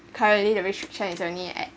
currently the restriction is only at